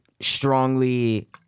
strongly